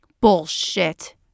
Bullshit